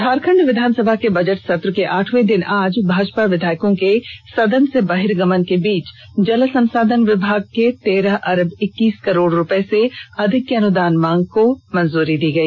झारखंड विधानसभा के बजट सत्र के आठवें दिन आज भाजपा विधायकों के सदन से बहिर्गमन के बीच जल संसाधन विभाग के तेरह अरब इक्कीस करोड़ रुपये से अधिक की अनुदान मांग को मंजूरी दी गई